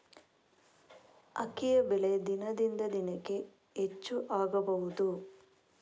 ಅಕ್ಕಿಯ ಬೆಲೆ ದಿನದಿಂದ ದಿನಕೆ ಹೆಚ್ಚು ಆಗಬಹುದು?